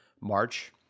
March